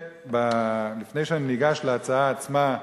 לפני שאני ניגש להצעה עצמה,